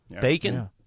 bacon